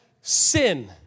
Sin